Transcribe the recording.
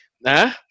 Nah